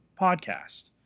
podcast